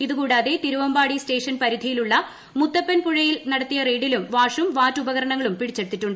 ഇതു കൂടാതെ തിരുവമ്പാടി സ്റ്റേഷന് പരിധിയിലുള്ള മുത്തപ്പൻ പുഴയിൽ നടത്തിയ റെയ്ഡിലും വാഷും വാറ്റുപകരണങ്ങളും പിടിച്ചെടുത്തു